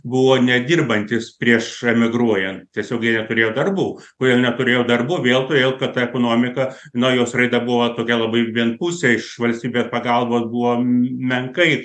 buvo nedirbantys prieš emigruojant tiesiog jie neturėjo darbų kodėl neturėjo darbų vėl todėl kad ekonomika na jos raida buvo tokia labai vienpusė iš valstybės pagalbos buvo menkai